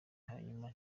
hanyuma